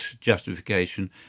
justification